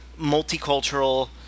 multicultural